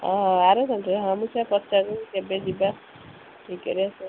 ଓ ହୋ ଆର ହଁ ମୁଁ ସେଇଆ ପଚାରିଲି କେବେ ଯିବା ଠିକ୍ରେ